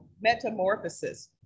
Metamorphosis